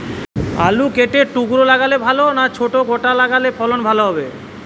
আলু কেটে টুকরো লাগালে ভাল না ছোট গোটা লাগালে ফলন ভালো হবে?